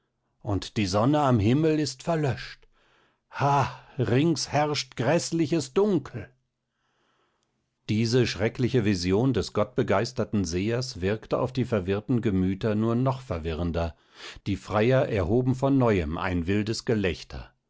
und die sonne am himmel ist verlöscht ha rings herrscht gräßliches dunkel diese schreckliche vision des gottbegeisterten sehers wirkte auf die verwirrten gemüter nur noch verwirrender die freier erhoben von neuem ein wildes gelächter